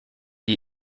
die